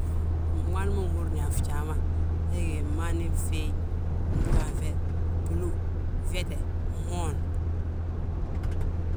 Gmaani ma nhúrni a fjaa ma, we gí fmaani fhiiy gdúhaanŧe, blú, fyete, fmoon.